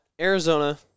Arizona